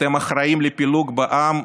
אתם אחראים לפילוג בעם,